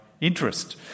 interest